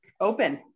open